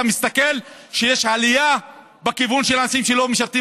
אתה רואה שיש עלייה בכיוון של אנשים שלא משרתים